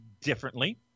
differently